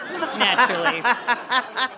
Naturally